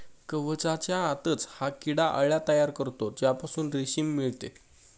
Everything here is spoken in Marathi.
कवचाच्या आतच हा किडा अळ्या तयार करतो ज्यापासून रेशीम मिळते